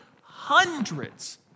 hundreds